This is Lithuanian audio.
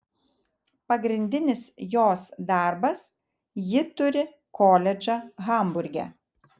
pagrindinis jos darbas ji turi koledžą hamburge